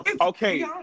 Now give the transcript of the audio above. okay